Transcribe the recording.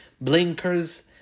blinkers